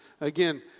Again